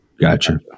Gotcha